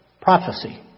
prophecy